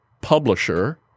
publisher